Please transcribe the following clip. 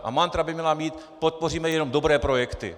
A mantra by měla být: podpoříme jenom dobré projekty.